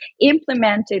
implemented